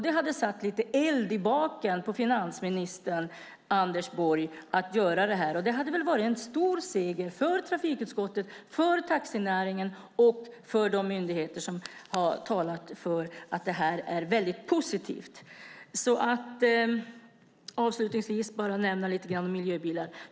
Det hade satt lite eld i baken på finansminister Anders Borg om vi hade gjort det. Det hade varit en stor seger för trafikutskottet, för taxinäringen och för de myndigheter som har sagt att det här är väldigt positivt. Jag ska avslutningsvis bara nämna lite grann om miljöbilar.